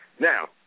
Now